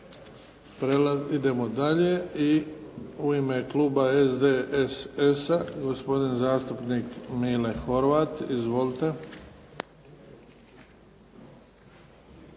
Idemo dalje. I u ime kluba SDSS-a gospodin zastupnik Mile Horvat. Izvolite.